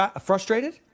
frustrated